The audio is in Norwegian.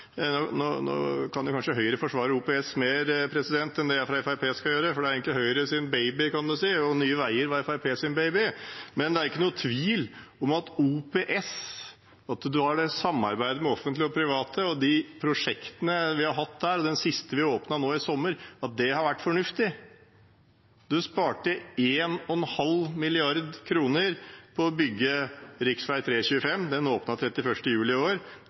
skal gjøre, for det er egentlig Høyres baby, kan en si, og Nye Veier var Fremskrittspartiets baby. Men det er ikke noen tvil om at OPS – at en har det samarbeidet mellom det offentlige og private om de prosjektene vi har hatt der, og det siste vi åpnet nå i sommer – har vært fornuftig. En sparte 1,5 mrd. kr på å bygge rv. 3/rv. 25. Den åpnet 31. juli i år